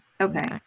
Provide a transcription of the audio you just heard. Okay